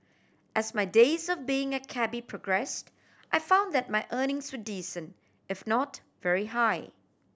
as my days of being a cabby progressed I found that my earnings were decent if not very high